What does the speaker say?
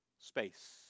Space